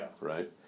Right